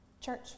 Church